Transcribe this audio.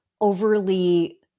overly